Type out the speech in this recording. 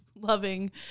loving